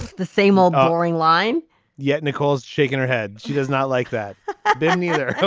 the same old boring line yet nicole's shaking her head. she does not like that then either.